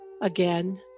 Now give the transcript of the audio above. Again